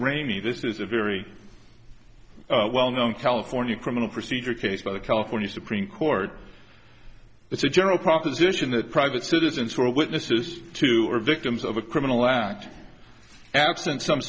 raimi this is a very well known california criminal procedure case by the california supreme court it's a general proposition that private citizens who are witnesses to or victims of a criminal